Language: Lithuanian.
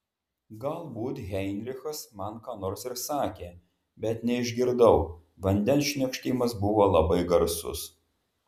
galbūt heinrichas man ką nors ir sakė bet neišgirdau vandens šniokštimas buvo labai garsus